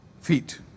feet